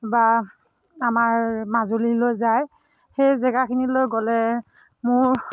বা আমাৰ মাজুলীলৈ যায় সেই জেগাখিনিলৈ গ'লে মোৰ